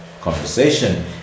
Conversation